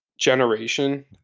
generation